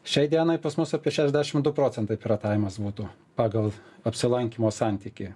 šiai dienai pas mus apie šešdešim du procentai piratavimas būtų pagal apsilankymo santykį